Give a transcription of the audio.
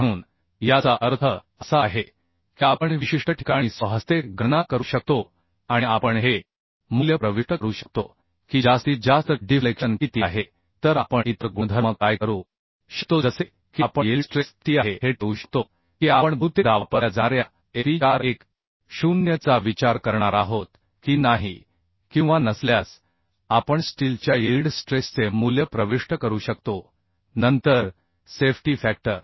म्हणून याचा अर्थ असा आहे की आपण विशिष्ट ठिकाणी स्वहस्ते गणना करू शकतो आणि आपण हे मूल्य प्रविष्ट करू शकतो की जास्तीत जास्त डिफ्लेक्शन किती आहे तर आपण इतर गुणधर्म काय करू शकतो जसे की आपण यील्ड स्ट्रेस किती आहे हे ठेवू शकतो की आपण बहुतेकदा वापरल्या जाणार्या Fe 4 1 0 चा विचार करणार आहोत की नाही किंवा नसल्यास आपण स्टीलच्या यील्ड स्ट्रेसचे मूल्य प्रविष्ट करू शकतो नंतर सेफ्टी फॅक्टर